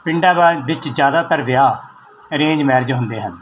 ਪਿੰਡਾਂ ਵਿੱਚ ਜ਼ਿਆਦਾਤਰ ਵਿਆਹ ਅਰੇਂਜ ਮੈਰਿਜ ਹੁੰਦੇ ਹਨ